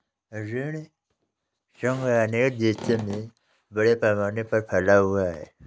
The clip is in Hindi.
ऋण संघ अनेक देशों में बड़े पैमाने पर फैला हुआ है